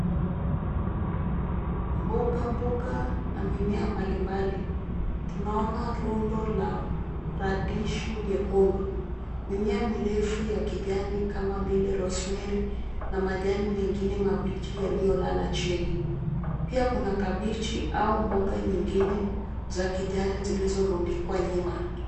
Mbogamboga na mimea mbalimbali. Tunaona rundo la radishi nyekundu, mimea mirefu ya kijani kama vile rosemary na majani mengine mabichi yaliyolala chini. Pia kuna kabichi au mboga nyingine za kijani zilizorundikwa nyuma.